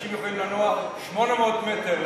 אנשים יכולים לנוע 800 מטר,